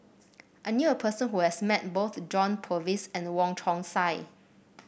I knew a person who has met both John Purvis and Wong Chong Sai